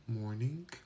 morning